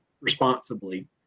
responsibly